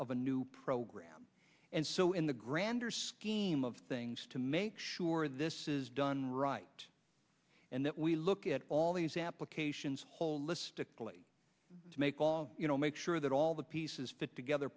of a new program and so in the grander scheme of things to make sure this is done right and that we look at all these applications holistically to make you know make sure that all the pieces fit together